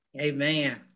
Amen